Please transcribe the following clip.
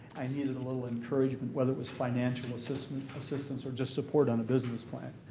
i needed a little encouragement, whether it was financial assistance assistance or just support on a business plan.